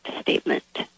statement